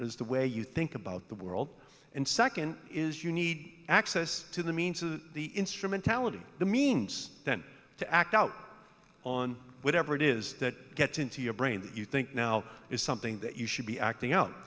is the way you think about the world and second is you need access to the means of the instrumentality the means to act out on whatever it is that gets into your brain that you think now is something that you should be acting out